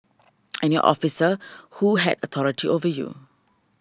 and your officer who had authority over you